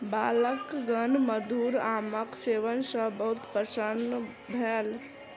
बालकगण मधुर आमक सेवन सॅ बहुत प्रसन्न भेल